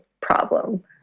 problem